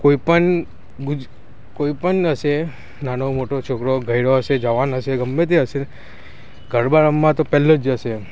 કોઈપણ ગુજ કોઈપણ હશે નાનો મોટો છોકરો ગયઢો હસે જવાન હશે ગમે તે હશે ગરબા રમવા તો પહેલો જ જશે